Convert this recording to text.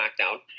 SmackDown